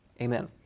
Amen